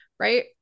right